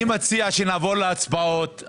אני מציע שנעבור להצבעות.